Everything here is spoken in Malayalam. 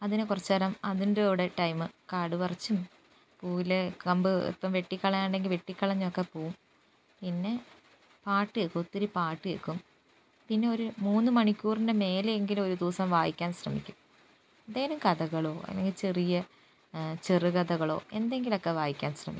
അതിനെ കുറച്ചുനേരം അതിൻ്റെകൂടെ ടൈമ് കാടുപറിച്ചും പൂവിലെ കമ്പ് ഇപ്പം വെട്ടിക്കളയാനുണ്ടെങ്കിൽ വെട്ടിക്കളഞ്ഞും ഒക്കെ പോകും പിന്നെ പാട്ടുകേൾക്കും ഒത്തിരി പാട്ടുകേൾക്കും പിന്നെ ഒരു മൂന്ന് മണിക്കൂറിൻ്റെ മേലെയെങ്കിലും ഒരു ദിവസം വായിക്കാൻ ശ്രമിക്കും എന്തെങ്കിലും കഥകളോ അല്ലെങ്കിൽ ചെറിയ ചെറുകഥകളോ എന്തെങ്കിലുമൊക്കെ വായിക്കാൻ ശ്രമിക്കും